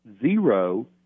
zero